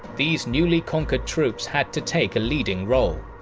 these newly conquered troops had to take a leading role.